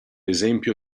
esempio